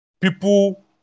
people